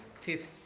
fifth